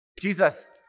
jesus